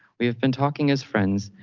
we have been talking as friends,